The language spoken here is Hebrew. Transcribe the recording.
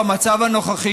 במצב הנוכחי,